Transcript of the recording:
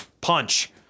Punch